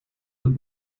het